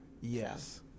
yes